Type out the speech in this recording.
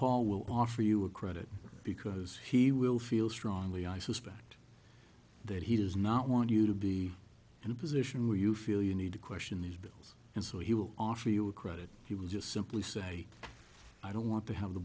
paul will offer you a credit because he will feel strongly i suspect that he does not want you to be in a position where you feel you need to question these bills and so he will offer you a credit he will just simply say i don't want to have the